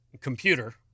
computer